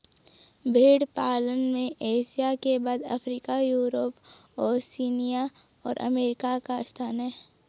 भेंड़ पालन में एशिया के बाद अफ्रीका, यूरोप, ओशिनिया और अमेरिका का स्थान है